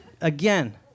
again